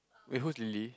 wait who's Lily